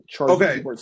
Okay